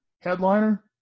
headliner